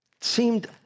seemed